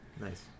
Nice